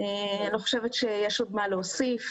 אני לא חושבת שיש עוד מה להוסיף.